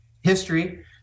history